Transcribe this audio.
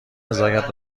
نزاکت